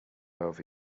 over